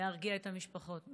להרגיע את המשפחות.